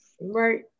Right